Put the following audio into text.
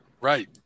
Right